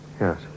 yes